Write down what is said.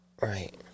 Right